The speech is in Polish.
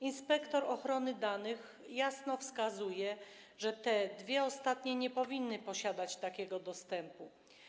Inspektor ochrony danych jasno wskazuje, że dwa ostatnie podmioty nie powinny posiadać takiego dostępu.